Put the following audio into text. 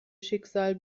schicksal